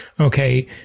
okay